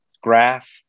graph